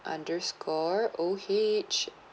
underscore O H